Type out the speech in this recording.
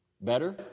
better